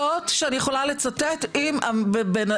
עדויות שאני יכולה לצטט עם האישה,